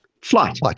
flight